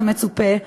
כמצופה,